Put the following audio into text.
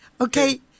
Okay